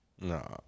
no